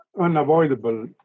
unavoidable